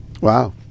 Wow